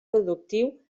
productiu